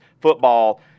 football